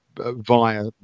Via